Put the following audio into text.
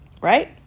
right